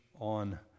on